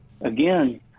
again